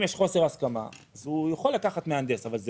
אם יש חוסר הסכמה הוא יכול לקחת מהנדס אבל זה